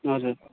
हजुर